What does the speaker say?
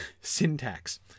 syntax